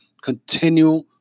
continue